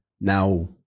now